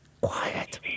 quiet